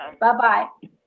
Bye-bye